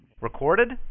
Recorded